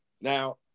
Now